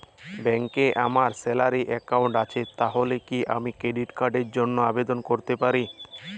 ব্যাংকে আমার salary account আছে তাহলে কি আমি ক্রেডিট কার্ড র জন্য আবেদন করতে পারি?